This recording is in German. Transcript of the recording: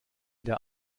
der